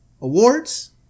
awards